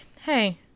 hey